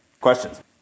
Questions